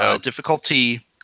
difficulty